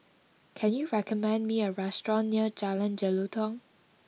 can you recommend me a restaurant near Jalan Jelutong